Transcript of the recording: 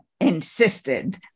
Insisted